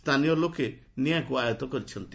ସ୍ଥାନୀୟ ଲୋକେ ନିଆଁକୁ ଆୟତ୍ତ କରିଛନ୍ତି